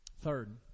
third